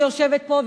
שיושבת פה,